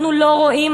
אנחנו לא רואים,